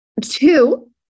Two